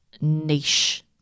niche